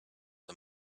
the